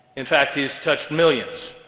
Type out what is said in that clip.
in fact, he's touched millions.